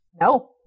No